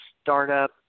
startup